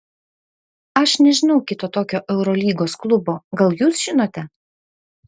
aš nežinau kito tokio eurolygos klubo gal jūs žinote